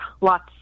lots